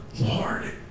Lord